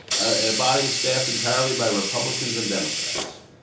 ah and a body staffed entirely by republicans and democrats.